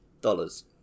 dollars